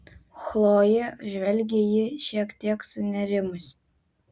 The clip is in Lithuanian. chlojė žvelgė į jį šiek tiek sunerimusi